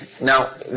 Now